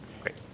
Great